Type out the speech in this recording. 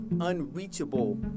Unreachable